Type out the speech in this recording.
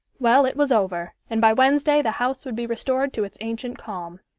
well, it was over, and by wednesday the house would be restored to its ancient calm.